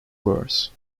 verse